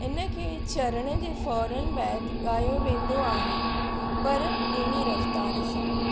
इन खे चरण जे फ़ौरन बैदि ॻायो वेंदो आहे पर ॿीणी रफ़्तारु सां